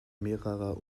mehrerer